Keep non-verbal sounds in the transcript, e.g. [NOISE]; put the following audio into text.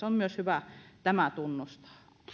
[UNINTELLIGIBLE] on myös hyvä tämä tunnustaa